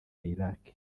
iraq